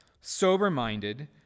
sober-minded